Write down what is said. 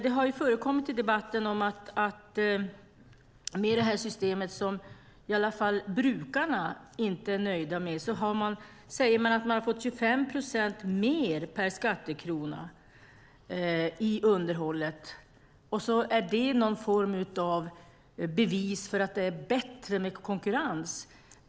Det har förekommit i debatten att man säger att man med det här systemet, som i alla fall brukarna inte är nöjda med, har fått 25 procent mer per skattekrona i underhåll och att det är någon form av bevis för att det är bättre med konkurrens.